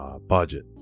budget